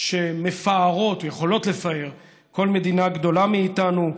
שמפארות או יכולות לפאר כל מדינה גדולה מאיתנו,